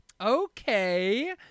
Okay